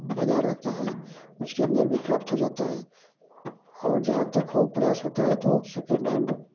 बज़ार रहता है उसके अंदर भी प्राप्त हो जाता है और जहाँ तक हो प्रयास होता है तो सेकेंड हैंड